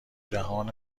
جهان